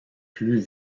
plus